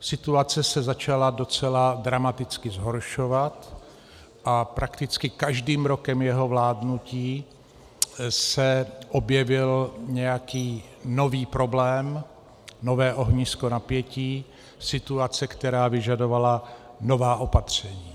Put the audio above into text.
Situace se začala docela dramaticky zhoršovat a prakticky každým rokem jeho vládnutí se objevil nějaký nový problém, nové ohnisko napětí, situace, která vyžadovala nová opatření.